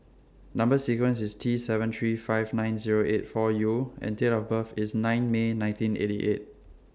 Number sequence IS T seven three five nine Zero eight four U and Date of birth IS nine May nineteen eighty eight